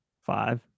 five